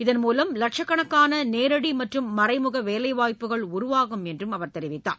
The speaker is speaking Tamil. இதன் மூலம் லட்சக்கணக்கான நேரடி மற்றும் மறைமுக வேலை வாய்ப்புகள் உருவாகும் என அவர் தெரிவித்தார்